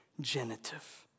genitive